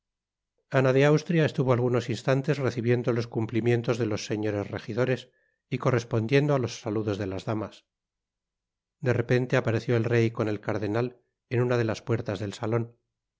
ana de austria estuvo algunos instantes recibiendo los cumplimientos de los señores rejidores y correspondiendo á los saludos de las damas de repente apareció el rey con el cardenal en una de las puertas del salon el